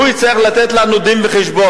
הוא יצטרך לתת לנו דין-וחשבון.